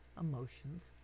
emotions